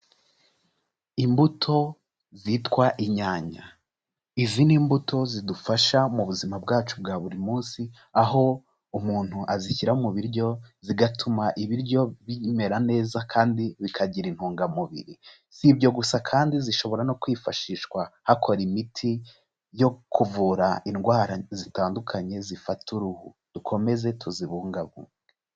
Imbuto zitwa inyanya, izi ni imbuto zidufasha mu buzima bwacu bwa buri munsi aho umuntu azishyira mu biryo zigatuma ibiryo bimera neza kandi bikagira intungamubiri, si ibyo gusa kandi zishobora no kwifashishwa hakora imiti yo kuvura indwara zitandukanye zifata uruhu, dukomeze tuzibungabunge.